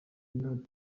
not